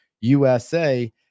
USA